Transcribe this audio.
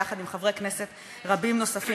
יחד עם חברי כנסת רבים נוספים